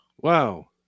Wow